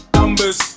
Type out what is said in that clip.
numbers